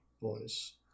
voice